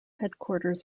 headquarters